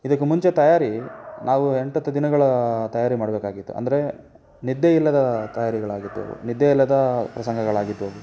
ಇದಕ್ಕೂ ಮುಂಚೆ ತಯಾರಿ ನಾವು ಎಂಟು ಹತ್ತು ದಿನಗಳ ತಯಾರಿ ಮಾಡಬೇಕಾಗಿತ್ತು ಅಂದರೆ ನಿದ್ದೆ ಇಲ್ಲದ ತಯಾರಿಗಳಾಗಿದ್ದವು ಅವು ನಿದ್ದೆ ಇಲ್ಲದ ಪ್ರಸಂಗಗಳಾಗಿದ್ದವು ಅವು